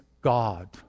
God